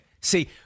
See